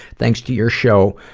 thanks to your show,